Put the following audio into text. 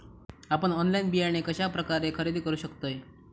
आपन ऑनलाइन बियाणे कश्या प्रकारे खरेदी करू शकतय?